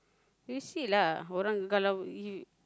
you see lah orang kalau